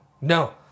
No